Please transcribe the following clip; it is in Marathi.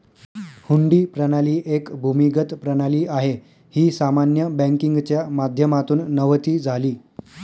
हुंडी प्रणाली एक भूमिगत प्रणाली आहे, ही सामान्य बँकिंगच्या माध्यमातून नव्हती झाली